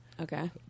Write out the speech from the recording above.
okay